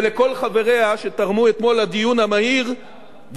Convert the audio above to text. שתרמו אתמול לדיון המהיר ולהצבעה האחראית.